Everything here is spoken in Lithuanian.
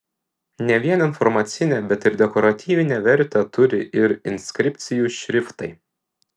ne vien informacinę bet ir dekoratyvinę vertę turi ir inskripcijų šriftai